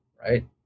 right